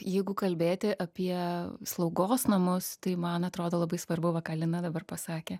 jeigu kalbėti apie slaugos namus tai man atrodo labai svarbu va ką lina dabar pasakė